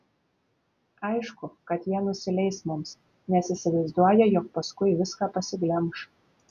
aišku kad jie nusileis mums nes įsivaizduoja jog paskui viską pasiglemš